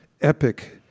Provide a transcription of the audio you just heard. epic